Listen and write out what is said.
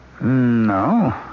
No